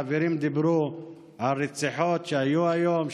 חברים דיברו על רציחות שהיו היום,